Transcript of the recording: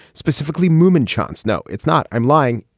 specifically moomin chance. no it's not. i'm lying.